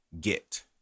get